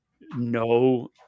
no